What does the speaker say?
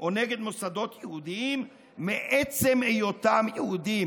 או נגד מוסדות יהודיים מעצם היותם יהודים.